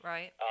Right